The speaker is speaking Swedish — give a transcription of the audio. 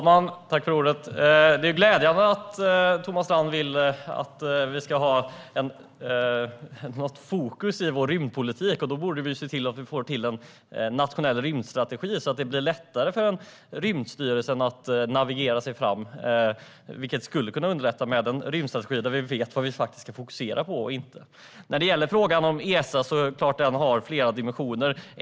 Fru talman! Det är glädjande att Thomas Strand vill att vi ska ha ett fokus i vår rymdpolitik. Då borde vi se till att vi får till en nationell rymdstrategi, så att det blir lättare för Rymdstyrelsen att navigera sig fram. Det skulle kunna underlättas med en rymdstrategi, där vi vet vad vi ska fokusera på och inte. Det är klart att frågan om Esa har flera dimensioner.